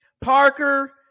Parker